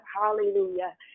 hallelujah